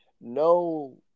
no